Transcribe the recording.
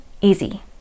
easy